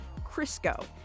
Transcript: Crisco